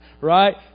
Right